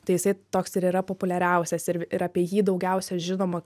tai jisai toks ir yra populiariausias ir ir apie jį daugiausia žinoma